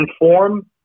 inform